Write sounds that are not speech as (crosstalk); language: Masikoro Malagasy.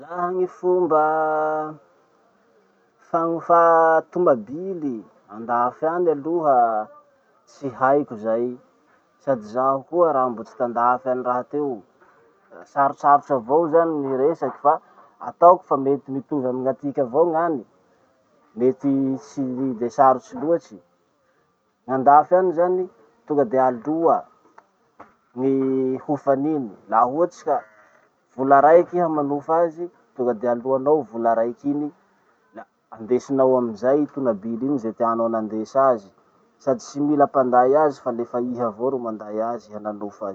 Laha gny fomba (hesitation) fanofà tomabily andafy any aloha, tsy haiko zay. Sady zaho koa raha mbo tsy tandafy any rahateo. Sarotsarotsy avao zany ny resaky fa ataoko mety mitovy amy gn'atiky avao gn'any. Mety tsy de sarotsy loatsy. Andafy any zany, tonga de aloa (noise) ny hofan'iny laha ohatsy ka (noise) vola raiky iha manofa azy, tonga de aloanao vola raiky iny, la andesinao amizay tomabily iny, ze tianao anandesa azy, sady tsy mila mpanday azy fa iha avao ro manday azy, iha nanofa azy iny.